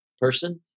person